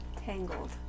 Tangled